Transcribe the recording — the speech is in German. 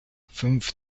fünf